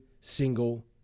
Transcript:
single